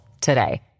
today